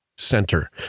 center